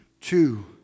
two